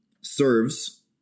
serves